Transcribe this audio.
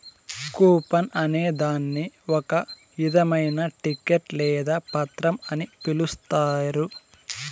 coupon అనే దాన్ని ఒక ఇధమైన టికెట్ లేదా పత్రం అని పిలుత్తారు